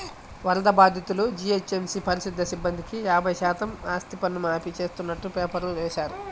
వరద బాధితులు, జీహెచ్ఎంసీ పారిశుధ్య సిబ్బందికి యాభై శాతం ఆస్తిపన్ను మాఫీ చేస్తున్నట్టు పేపర్లో వేశారు